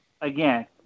again